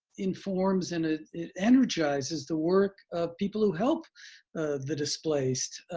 informs and it it energizes the work of people who help the displaced.